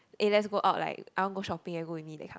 eh let's go out like I want go shopping and go with me that kind